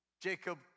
Jacob